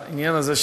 העניין הזה,